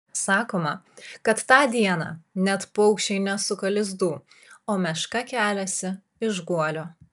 sakoma kad tą dieną net paukščiai nesuka lizdų o meška keliasi iš guolio